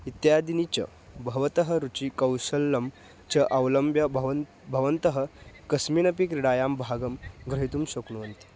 इत्यादीनि च भवतः रुचिकौशलं च अवलम्ब्य भवन् भवन्तः कस्मिनपि क्रीडायां भागं ग्रहितुं शक्नुवन्ति